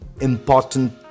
important